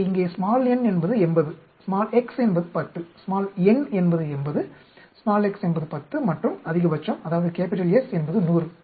எனவே இங்கே n என்பது 80 x என்பது 10 n என்பது 80 x என்பது 10 மற்றும் அதிகபட்சம் அதாவது S என்பது 100